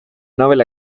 novel